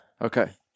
Okay